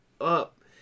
up